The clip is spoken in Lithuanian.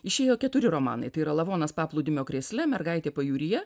išėjo keturi romanai tai yra lavonas paplūdimio krėsle mergaitė pajūryje